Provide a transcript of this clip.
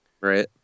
Right